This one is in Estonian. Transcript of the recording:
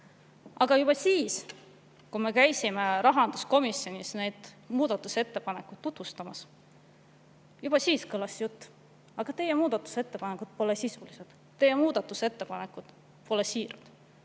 Aga juba siis, kui me käisime rahanduskomisjonis neid muudatusettepanekuid tutvustamas, kõlas jutt: aga teie muudatusettepanekud pole sisulised, teie muudatusettepanekud pole siirad.